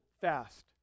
fast